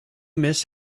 miss